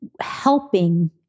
helping